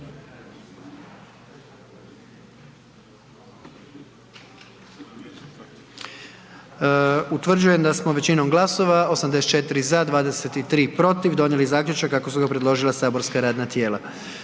Utvrđujem da je većinom glasova, 99 za, 3 protiv donijet zaključak kako ga je preložilo matično saborsko radno tijelo.